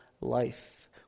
life